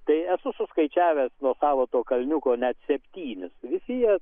tai esu suskaičiavęs nuo savo to kalniuko net septynis visi jie